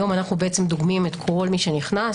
היום אנו דוגמים את כל מי שנכנס,